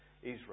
Israel